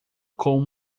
com